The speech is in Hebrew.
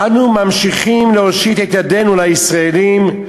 אנו ממשיכים להושיט את ידנו לישראלים,